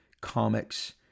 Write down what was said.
comics